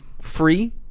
free